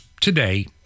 today